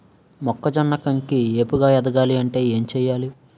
మొక్కజొన్న కంకి ఏపుగ ఎదగాలి అంటే ఏంటి చేయాలి?